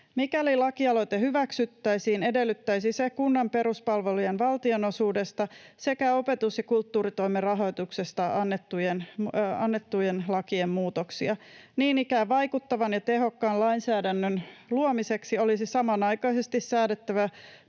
Mikäli lakialoite hyväksyttäisiin, edellyttäisi se kunnan peruspalvelujen valtionosuudesta sekä opetus- ja kulttuuritoimen rahoituksesta annettujen lakien muutoksia. Niin ikään vaikuttavan ja tehokkaan lainsäädännön luomiseksi olisi samanaikaisesti säädettävä